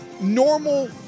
normal